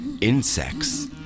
Insects